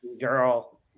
Girl